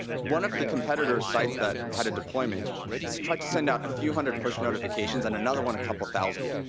one of the competitor's sites that had a deployment so tried to send out a few hundred push notifications, and another one a couple thousand.